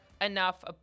enough